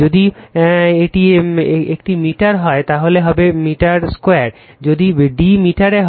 যদি এটি একটি মিটার হয় তাহলে হবে মিটার 2 যদি d মিটারে হয়